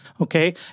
okay